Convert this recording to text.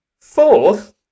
Fourth